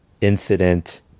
incident